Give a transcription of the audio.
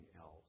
else